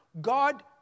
God